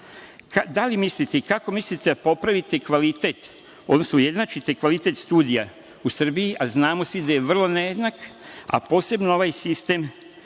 Da li mislite i kako mislite da popravite kvalitet, odnosno ujednačite kvalitet studija u Srbiji, a znamo svi da je vrlo nejednak, a posebno ovaj sistem